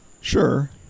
Sure